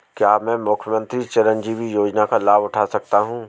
क्या मैं मुख्यमंत्री चिरंजीवी योजना का लाभ उठा सकता हूं?